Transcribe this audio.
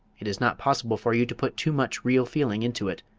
it is not possible for you to put too much real feeling into it,